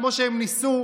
כמו שהם ניסו,